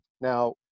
Now